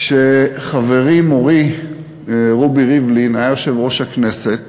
כשחברי מורי רובי ריבלין היה יושב-ראש הכנסת,